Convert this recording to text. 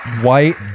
white